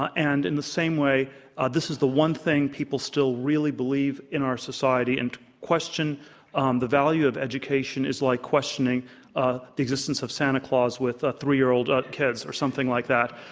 ah and in the same way this is the one thing people still really believe in our society. and to question um the value of education is like questioning ah existence of santa claus with ah three-year-old ah kids or something like that.